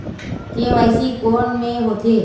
KYC कोन में होथे?